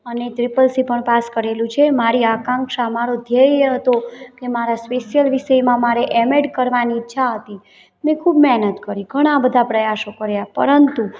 અને triple C પણ pass કરેલું છે મારી આકાંક્ષા મારો ધ્યેય એ હતો કે મારા સ્પેશિયલ વિષયમાં મારે એમએડ કરવાની ઈચ્છા હતી મેં ખૂબ મહેનત કરી ઘણા બધા પ્રયાસો કર્યા પરંતુ